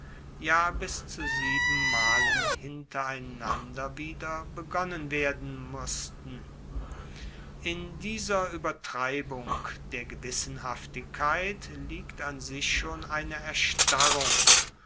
ja bis zu sieben malen hintereinander wieder begonnen werden massten in dieser uebertreibung der gewissenhaftigkeit liegt an sich schon ihre erstarrung